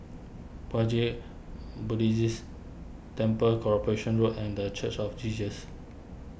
Puat Jit Buddhist Temple Corporation Road and the Church of Jesus